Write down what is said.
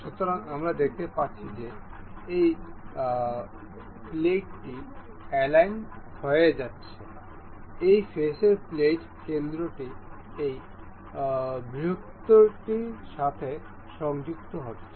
সুতরাং আমরা দেখতে পাচ্ছি যে এই প্লেটটি অ্যালাইন হয়ে যাচ্ছে এই ফেসের প্লেট কেন্দ্রটি এই বৃহত্তরটির সাথে সংযুক্ত হচ্ছে